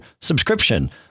subscription